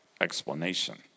explanation